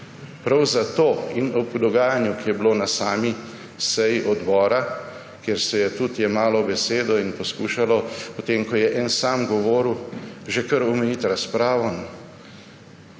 Prav zato in ob dogajanju, ki je bilo na sami seji odbora – kjer se je tudi jemalo besedo in poskušalo po tem, ko je en sam govoril, že kar omejiti razpravo